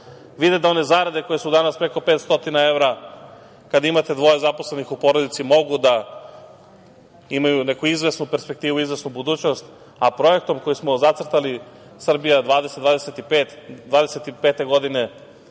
vide da one zarade koje su danas preko 500 evra, kada imate dvoje zaposlenih u porodici mogu da imaju neku izvesnu perspektivu, izvesnu budućnost. Projektom kojim smo zacrtali "Srbija 2025" i